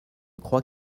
crois